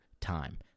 time